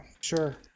sure